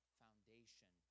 foundation